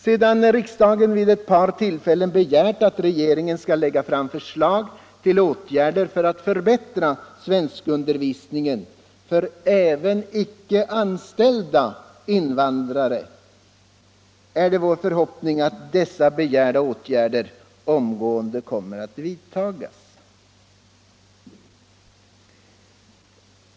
Sedan riksdagen vid ett par tillfällen begärt att regeringen skall lägga fram förslag till åtgärder för att förbättra svenskundervisningen även för icke anställda invandrare, är det vår förhoppning att dessa begärda åtgärder omgående kommer att vidtas.